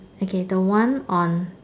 okay the one on